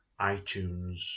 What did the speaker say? itunes